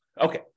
Okay